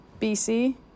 BC